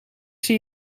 zie